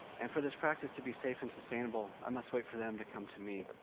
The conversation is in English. and for this practice to be safe and sustainable, i must wait for them to come to me.